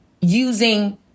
using